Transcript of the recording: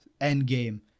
Endgame